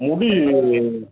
முடி